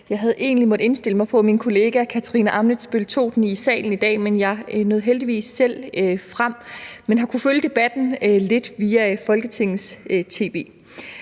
Jeg havde egentlig indstillet mig på, at min kollega Katarina Ammitzbøll tog den i salen i dag, men jeg nåede heldigvis selv frem, og jeg har kunnet følge debatten lidt via Folketingets tv.